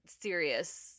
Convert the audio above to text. serious